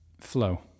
flow